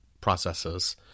processes